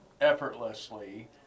effortlessly